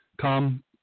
come